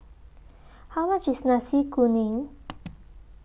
How much IS Nasi Kuning